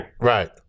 Right